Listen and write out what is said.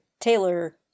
Taylor